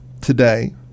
today